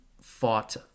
fought